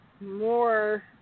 more